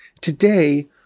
Today